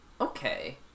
Okay